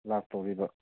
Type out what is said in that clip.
ꯂꯥꯛꯇꯧꯔꯤꯕ